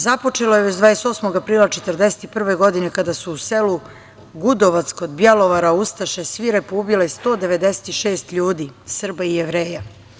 Započelo je već 28. aprila 1941. godine kada su u selu Gudovac kod Bjelovara ustaše svirepo ubile 196 ljudi, Srba i Jevreja.